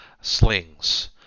slings